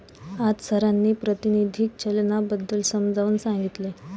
आज सरांनी प्रातिनिधिक चलनाबद्दल समजावून सांगितले